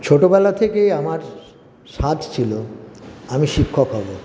ছোটোবেলা থেকে আমার সাধ ছিলো আমি শিক্ষক হবো